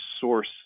source